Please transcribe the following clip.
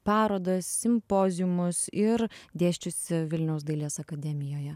parodas simpoziumus ir dėsčiusi vilniaus dailės akademijoje